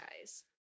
guys